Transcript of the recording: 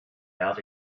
out